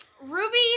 Ruby